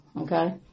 okay